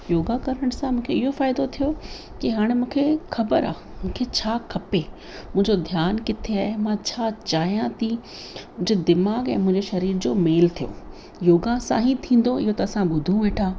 योगा करण सां मूंखे इहो फ़ाइदो थियो की हाणे मूंखे ख़बर आहे मूंखे छा खपे मुंहिंजो ध्यानु किथे आहे ऐं मां छा चाहियां थी मुंहिजो दीमाग़ु ऐं मुंहिंजो शरीर जो मेल थियो योगा सां ई थींदो इहो त असां ॿुधूं वेंठा